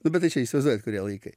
nu bet tai čia įsivaizduojat kurie laikai